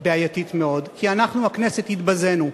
בעייתית מאוד, כי אנחנו, הכנסת, התבזינו.